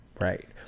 Right